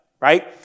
right